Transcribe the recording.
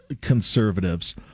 conservatives